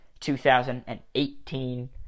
2018